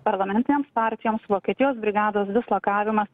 parlamentinėms partijoms vokietijos brigados dislokavimas